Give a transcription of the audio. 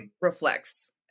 reflects